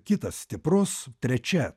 kitas stiprus trečia